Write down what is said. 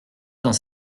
dans